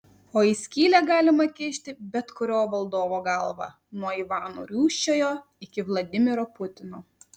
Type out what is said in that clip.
o į skylę galima kišti bet kurio valdovo galvą nuo ivano rūsčiojo iki vladimiro putino